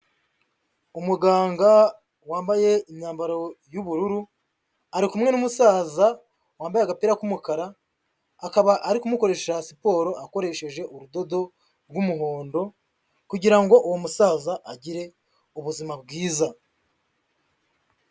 Umuganga wambaye imyambaro y'ubururu, ari kumwe n'umusaza wambaye agapira k'umukara, akaba ari kumukoresha siporo akoresheje urudodo rw'umuhondo, kugira ngo uwo musaza agire ubuzima bwiza.